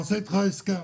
אני עושה אתך עסקה.